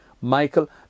Michael